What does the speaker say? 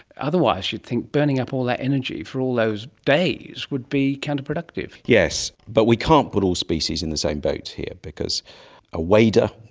otherwise you'd think burning up all that energy for all those days would be counter-productive. yes, but we can't put all species in the same boat here because a wader,